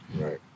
Right